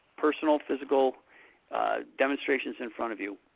personal, physical demonstrations in front of you.